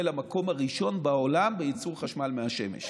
למקום הראשון בעולם בייצור חשמל מהשמש.